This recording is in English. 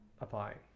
applying